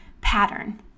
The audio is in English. pattern